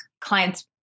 clients